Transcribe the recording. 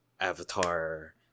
avatar